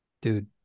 Dude